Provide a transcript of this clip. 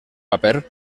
paper